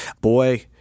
Boy